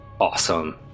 Awesome